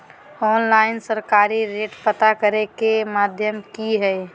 Online सरकारी rate पता करे के माध्यम की हय?